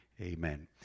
Amen